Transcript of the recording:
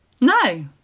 No